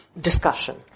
discussion